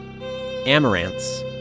amaranths